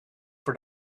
for